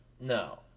No